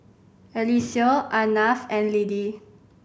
Eliseo Arnav and Lidie